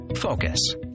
Focus